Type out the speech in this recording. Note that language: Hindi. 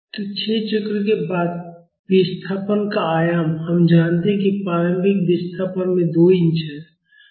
तो 6 चक्रों के बाद विस्थापन का आयाम हम जानते हैं कि प्रारंभिक विस्थापन में 2 इंच है